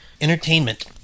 Entertainment